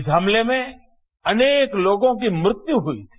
इस हमले में अनेक लोगों की मृत्यु हुई थी